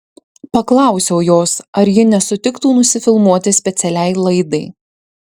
paklausiau jos ar ji nesutiktų nusifilmuoti specialiai laidai